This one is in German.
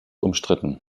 umstritten